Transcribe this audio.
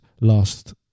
last